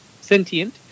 Sentient